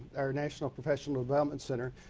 our national professional development center,